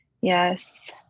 Yes